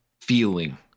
feeling